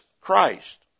Christ